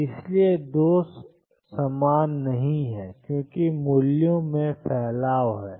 और इसलिए दो समान नहीं हैं क्योंकि मूल्यों में फैलाव है